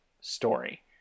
story